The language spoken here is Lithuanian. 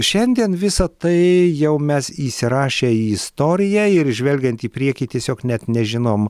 šiandien visa tai jau mes įsirašę į istoriją ir žvelgiant į priekį tiesiog net nežinom